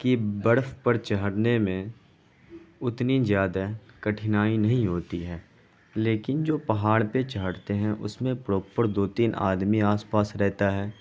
کہ برف پر چڑھنے میں اتنی زیادہ کٹھنائی نہیں ہوتی ہے لیکن جو پہاڑ پہ چڑھتے ہیں اس میں پروپر دو تین آدمی آس پاس رہتا ہے